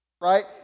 right